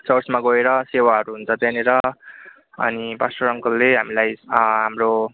चर्चमा गएर सेवाहरू हुन्छ त्यहाँनेर अनि पास्टर अङ्कलले हामीलाई हाम्रो